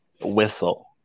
whistle